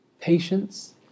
patience